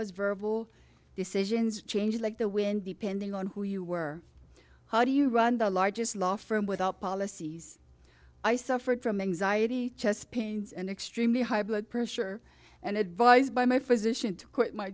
was verbal decisions change like the wind depending on who you were how do you run the largest law firm without policies i suffered from anxiety chest pains and extremely high blood pressure and advised by my physician to quit my